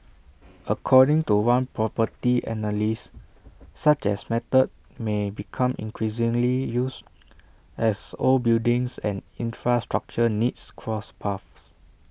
according to one property analyst such A method may become increasingly used as old buildings and infrastructural needs cross paths